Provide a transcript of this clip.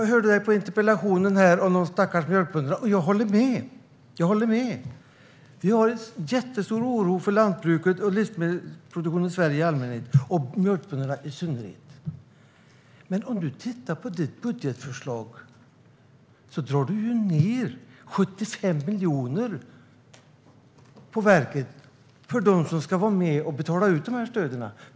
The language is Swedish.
Jag lyssnade på interpellationsdebatten som du deltog i om de stackars mjölkbönderna. Jag håller med. Vi är jätteoroliga för lantbruket i Sverige - för livsmedelsproduktionen i allmänhet och för mjölkbönderna i synnerhet. Men, Magnus Oscarsson, i Kristdemokraternas budgetförslag drar ni ju ned med 75 miljoner på Jordbruksverket som ska vara med och betala ut dessa stöd.